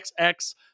XX